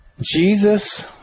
Jesus